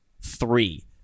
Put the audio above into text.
three